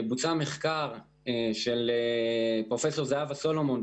בוצע מחקר על ידי פרופ' זהבה סולומון,